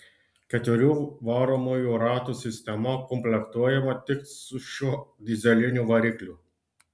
keturių varomųjų ratų sistema komplektuojama tik su šiuo dyzeliniu varikliu